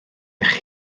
eich